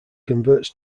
converts